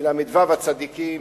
מל"ו הצדיקים,